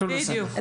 הכול בסדר.